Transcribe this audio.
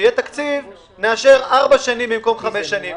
כשיהיה תקציב נאשר ארבע שנים במקום חמש שנים.